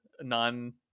non